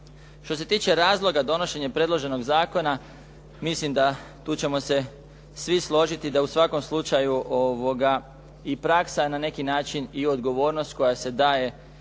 Što se tiče razloga donošenja predloženog zakona, mislim da tu ćemo se svi složiti da u svakom slučaju i praksa na neki način i odgovornost koja se daje